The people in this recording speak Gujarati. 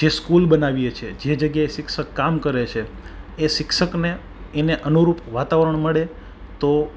જે સ્કૂલ બનાવીએ છે જે જગ્યાએ શિક્ષક કામ કરે છે એ શિક્ષકને એને અનુરૂપ વાતાવરણ મળે તો